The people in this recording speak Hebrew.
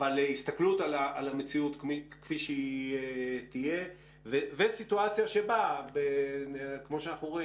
אבל הסתכלות על המציאות כפי שהיא תהיה וסיטואציה שבה כמו שאנחנו רואים,